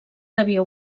devia